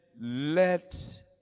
let